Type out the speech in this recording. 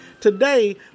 Today